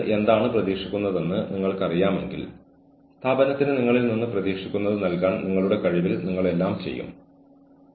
ഉൾപ്പെട്ടിരിക്കുന്ന തരത്തിലുള്ള ജോലി അവർക്ക് നൽകുന്നതോ ഈ ജോലിയുടെ ഗുണനിലവാരത്തിലേക്ക് പോകുന്നതോ ആണെങ്കിൽ ആളുകൾ മറ്റൊരു സ്ഥലത്ത് ഇരുന്ന് അവരുടെ ജോലി ചെയ്യുന്നു എന്ന വസ്തുതയെ ബാധിക്കില്ല